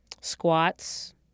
squats